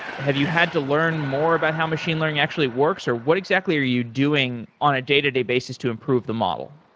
have you had to learn more about how machine learning actually works? what exactly are you doing on a day-to-day basis to improve the model?